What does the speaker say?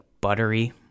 buttery